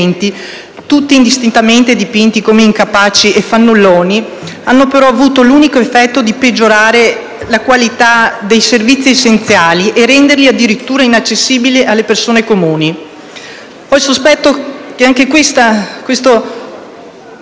tutti indistintamente dipinti come incapaci e fannulloni - hanno però avuto l'unico effetto di peggiorare la qualità dei servizi essenziali o di renderli addirittura inaccessibili alle persone comuni.